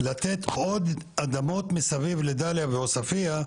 לתת עוד אדמות מסביב לדאליה ועוספיה,